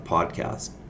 Podcast